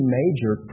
major